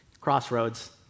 Crossroads